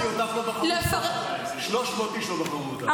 לדעתי אותך לא בחרו --- 300 איש לא בחרו אותך.